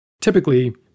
Typically